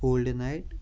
old night